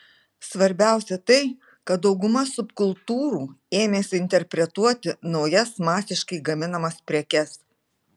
svarbiausia tai kad dauguma subkultūrų ėmėsi interpretuoti naujas masiškai gaminamas prekes